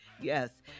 Yes